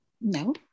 No